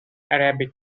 arabic